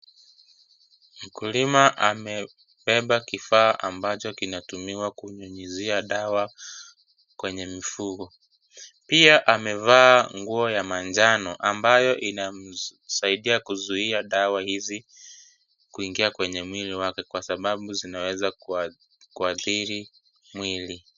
Mkulima amebeba kifaa ambacho kinatumiwa kunyunyizia dawa kwenye mifugo pia amevaa nguo ya manjano ambayo inamsaidia kuzuia dawa hizi kuingia kwenye mwili wake kwa sababu zinaweza kuadhiri mwili.